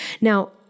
Now